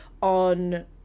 on